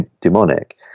demonic